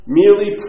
merely